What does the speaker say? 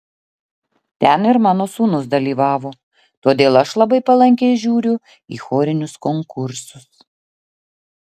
ten ir mano sūnus dalyvavo todėl aš labai palankiai žiūriu į chorinius konkursus